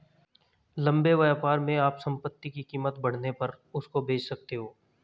लंबे व्यापार में आप संपत्ति की कीमत बढ़ने पर उसको बेच सकते हो